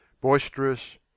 boisterous